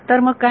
तर मग काय